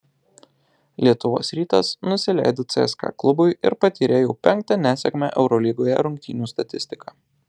lietuvos rytas nusileido cska klubui ir patyrė jau penktą nesėkmę eurolygoje rungtynių statistika